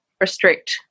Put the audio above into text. restrict